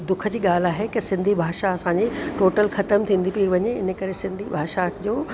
दुख जी ॻाल्हि आहे कि सिंधी भाषा असांजी टोटल ख़तमु थींदी थी वञे इन करे सिंधी भाषा जो